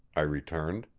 i returned.